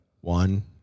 one